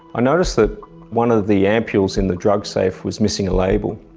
noticed that one of the ampules in the drug safe was missing a label,